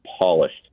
polished